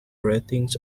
ratings